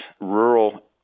rural